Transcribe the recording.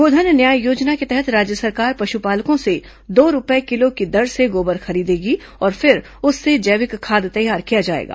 गोधन न्याय योजना के तहत राज्य सरकार पशुपालकों से दो रूपये किलो की दर से गोबर खरीदेगी और फिर उससे जैविक खाद तैयार किया जाएगा